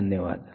धन्यवाद